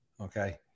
okay